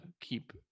keep